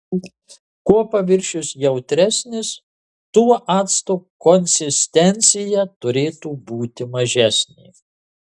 kuo paviršius jautresnis tuo acto konsistencija turėtų būti mažesnė